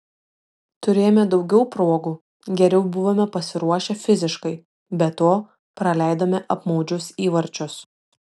turėjome daugiau progų geriau buvome pasiruošę fiziškai be to praleidome apmaudžius įvarčius